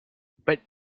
but